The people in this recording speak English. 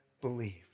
believed